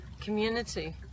community